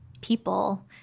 people